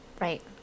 Right